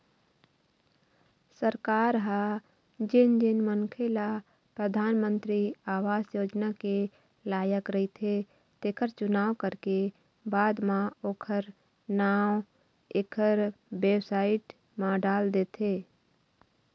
सरकार ह जेन जेन मनखे ल परधानमंतरी आवास योजना के लायक रहिथे तेखर चुनाव करके बाद म ओखर नांव एखर बेबसाइट म डाल देथे